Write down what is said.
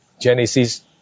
Genesis